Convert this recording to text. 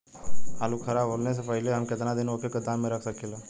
आलूखराब होने से पहले हम केतना दिन वोके गोदाम में रख सकिला?